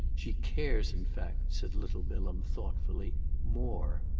she cares in fact, said little bilham thoughtfully more.